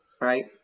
right